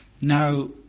Now